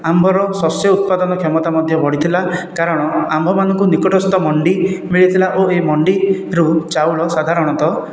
ଆମ୍ଭର ଶସ୍ୟ ଉତ୍ପାଦନ କ୍ଷମତା ମଧ୍ୟ ବଢ଼ିଥିଲା କାରଣ ଆମ୍ଭମାନଙ୍କୁ ନିକଟସ୍ଥ ମଣ୍ଡି ମିଳିଥିଲା ଓ ଏହି ମଣ୍ଡିରୁ ଚାଉଳ ସାଧାରଣତଃ